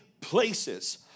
places